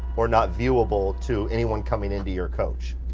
or not viewable to anyone coming into your coach.